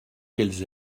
qu’elles